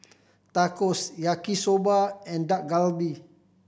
Tacos Yaki Soba and Dak Galbi